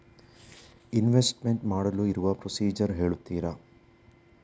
Investment ಮಾಡಲು ಇರುವ procedure ಹೇಳ್ತೀರಾ?